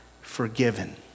forgiven